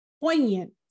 poignant